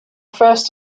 first